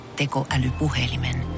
tekoälypuhelimen